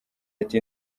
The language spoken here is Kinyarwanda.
ati